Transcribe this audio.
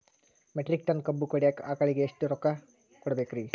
Metric ton ಕಬ್ಬು ಕಡಿಯಾಕ ಆಳಿಗೆ ಎಷ್ಟ ರೊಕ್ಕ ಕೊಡಬೇಕ್ರೇ?